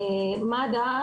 מד"א,